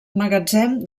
magatzem